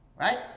Right